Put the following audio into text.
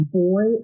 boy